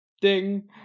Ding